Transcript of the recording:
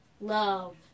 love